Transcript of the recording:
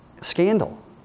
scandal